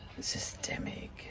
Systemic